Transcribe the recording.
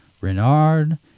renard